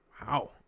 Wow